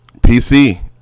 PC